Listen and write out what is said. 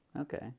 Okay